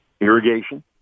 irrigation